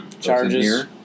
charges